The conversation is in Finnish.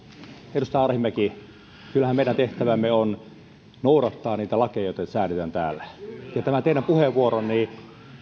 edustaja arhinmäki kyllähän meidän tehtävämme on noudattaa niitä lakeja joita säädetään täällä tämä teidän puheenvuoronne